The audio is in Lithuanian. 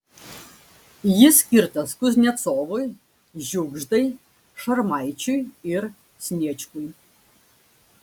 jis skirtas kuznecovui žiugždai šarmaičiui ir sniečkui